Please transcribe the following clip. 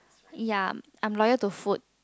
ya I'm loyal to food